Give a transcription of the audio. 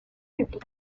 public